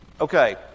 Okay